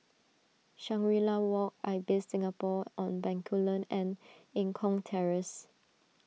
Shangri La Walk Ibis Singapore on Bencoolen and Eng Kong Terrace